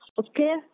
okay